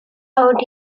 out